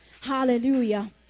Hallelujah